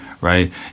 right